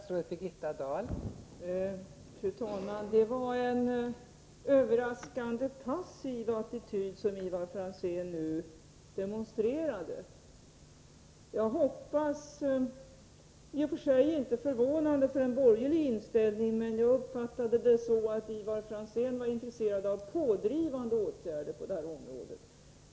Fru talman! Det var en överraskande passiv attityd som Ivar Franzén nu demonstrerade. Den är i och för sig inte förvånande när det gäller en borgerlig inställning, men jag hade uppfattat saken så, att Ivar Franzén var intresserad av pådrivande åtgärder på det här området.